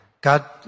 God